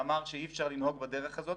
שאמר שאי אפשר לנהוג בדרך הזאת